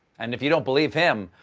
and if you don't believe him,